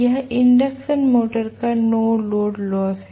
यह induction motor का no load loss है